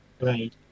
right